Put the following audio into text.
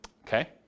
okay